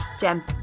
Gem